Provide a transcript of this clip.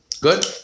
Good